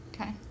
okay